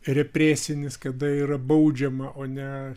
represinis kada yra baudžiama o ne